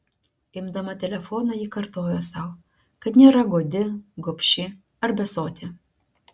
imdama telefoną ji kartojo sau kad nėra godi gobši ar besotė